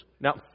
Now